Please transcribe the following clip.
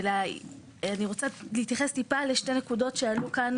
אני רוצה להתייחס לשתי נקודות שעלו כאן